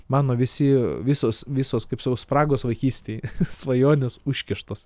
mano visi visos visos kaip sakau spragos vaikystėj svajonės užkištos